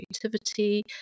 creativity